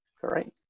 Great